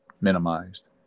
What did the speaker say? minimized